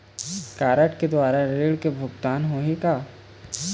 Card के द्वारा ऋण के भुगतान होही का?